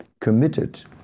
committed